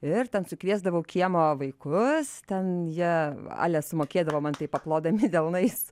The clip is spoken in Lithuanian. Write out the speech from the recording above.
ir ten sukviesdavau kiemo vaikus ten jie ale sumokėdavo man tai paplodami delnais